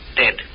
dead